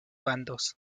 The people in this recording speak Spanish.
bandos